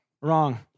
Wrong